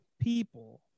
people